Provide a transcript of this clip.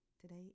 today